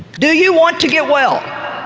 do you want to get well?